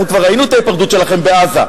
אנחנו כבר ראינו את ההיפרדות שלכם בעזה.